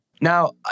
Now